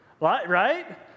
Right